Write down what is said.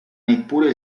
neppure